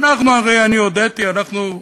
ואנחנו, הרי אני הודיתי, אנחנו,